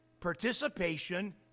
participation